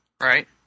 right